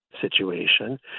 situation